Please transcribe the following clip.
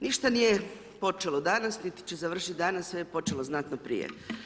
Ništa nije počelo danas, niti će završiti danas, sve je počelo znatno prije.